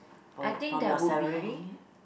I think that would be